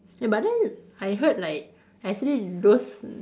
eh but then I heard like actually those